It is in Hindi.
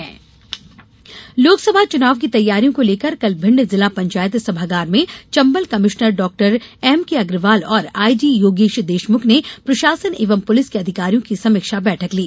भिण्ड चुनाव लोकसभा चुनाव की तैयारियों को लेकर कल भिण्ड जिला पंचायत सभागर में Chambal commissioner doctor M K Agrawal और आईजी योगेश देशमुख ने प्रशासन एवं पुलिस के अधिकारियों की समीक्षा बैठक ली